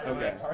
Okay